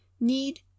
need